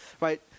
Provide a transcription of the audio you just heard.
Right